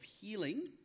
healing